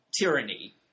tyranny